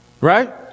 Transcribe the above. Right